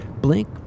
Blink